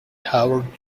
howard